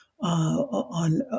on